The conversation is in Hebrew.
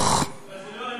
ושמתוך, אבל זה לא אני.